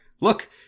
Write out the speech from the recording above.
look